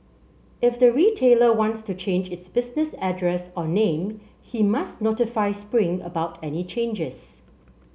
if the retailer wants to change its business address or name he must notify Spring about any changes